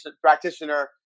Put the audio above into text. practitioner